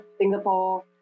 Singapore